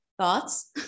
Thoughts